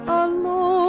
alone